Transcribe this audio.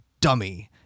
dummy